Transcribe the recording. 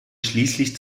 schließlich